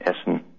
essen